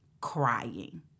crying